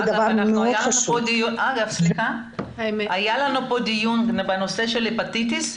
היה לנו כאן דיון בנושא של הפטיטיס,